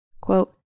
Quote